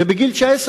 ובגיל 19,